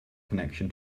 connection